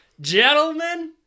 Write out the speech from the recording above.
Gentlemen